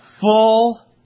full